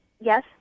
yes